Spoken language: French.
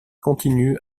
continue